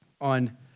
on